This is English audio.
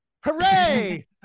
Hooray